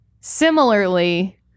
similarly